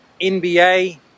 NBA